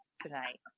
tonight